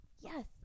Yes